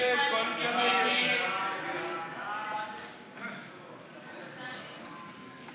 ההסתייגות (23) של קבוצת חבר הכנסת יואל חסון לסעיף 1 לא